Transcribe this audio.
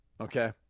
Okay